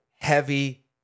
heavy